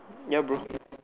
ya bro